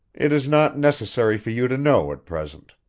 it is not necessary for you to know at present.